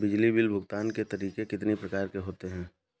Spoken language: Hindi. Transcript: बिजली बिल भुगतान के तरीके कितनी प्रकार के होते हैं?